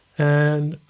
and